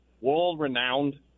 world-renowned